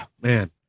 man